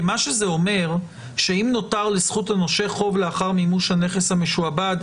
זה אומר שאם נותר לזכות הנושה חוב לאחר מימוש הנכס המשועבד,